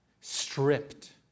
stripped